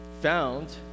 found